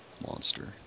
Monster